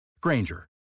Granger